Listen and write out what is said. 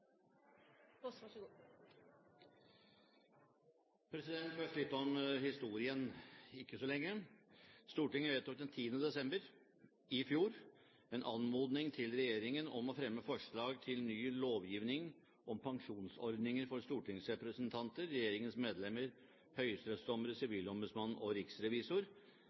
ikke så lang. Stortinget vedtok den 10. desember i fjor en anmodning til regjeringen om å fremme forslag til ny lovgivning om pensjonsordninger for stortingsrepresentanter, regjeringens medlemmer, høyesterettsdommere, sivilombudsmann og riksrevisor